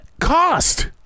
cost